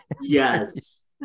yes